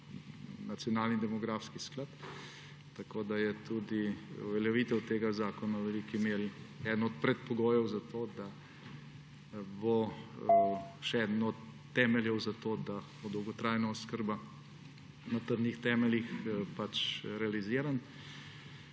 nacionalni demografski sklad. Tako da je tudi uveljavitev tega zakona v veliki meri eden od predpogojev za to, da bo še eden od temeljev za to, da bo dolgotrajna oskrba na trdnih temeljih realiziran.